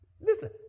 Listen